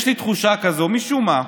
יש לי תחושה כזאת, משום מה,